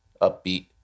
upbeat